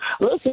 listen